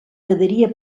quedaria